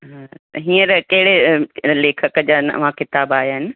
हा त हींअर कहिड़े लेखक जा नवां किताब आया आहिनि